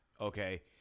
Okay